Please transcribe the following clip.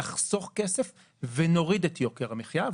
נחסוך כסף ונוריד את יוקר המחייה,